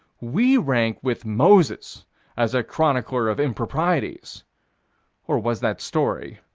we rank with moses as a chronicler of improprieties or was that story,